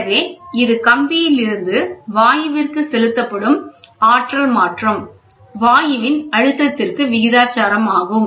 எனவே இது கம்பியிலிருந்து வாயுவிற்கு செலுத்தப்படும் ஆற்றல் பரிமாற்றம் வாயுவின் அழுத்தத்திற்கு விகிதாசாரமாகும்